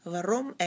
Waarom